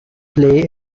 play